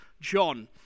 John